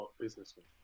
businessman